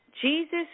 Jesus